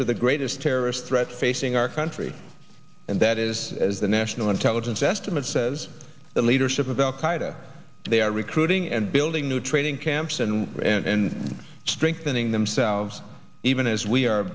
to the greatest terrorist threat facing our country and that is as the national intelligence estimate says the leadership of al qaeda they are recruiting and building new training camps and and strengthening themselves even as we are